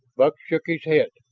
buck shook his head.